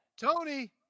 Tony